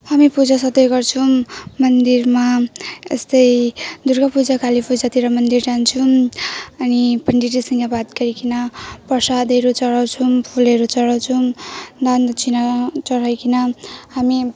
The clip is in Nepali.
हामी पूजा सधैँ गर्छौँ मन्दिरमा यस्तै दुर्गा पूजा काली पूजातिर मन्दिर जान्छौँ अनि पण्डितजीसँग बात गरिकन प्रसादहरू चढाउँछौँ फुलहरू चढाउँछौँ दान दक्षिणा चढाइकन हामी